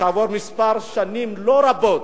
כעבור מספר שנים לא רבות,